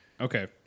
Okay